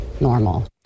normal